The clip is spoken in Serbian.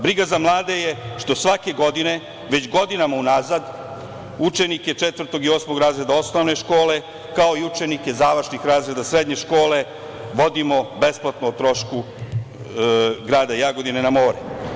Briga za mlade je što svake godine već godinama unazad učenike četvrtog o i osmog razreda osnovne škole, kao i učenike završnih razreda srednje škole vodimo besplatno o trošku grada Jagodine na more.